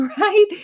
right